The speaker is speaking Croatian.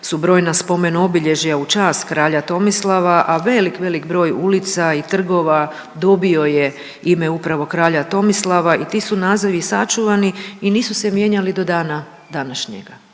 su brojna spomen obilježja u čast kralja Tomislava, a velik, velik broj ulica i trgova dobio je ime upravo kralja Tomislava i ti su nazivi sačuvani i nisu se mijenjali do dana današnjega,